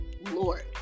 lord